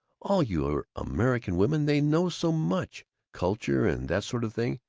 all your american women, they know so much culture and that sort of thing.